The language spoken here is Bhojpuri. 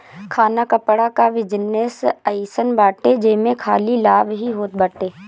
खाना कपड़ा कअ बिजनेस अइसन बाटे जेमे खाली लाभ ही होत बाटे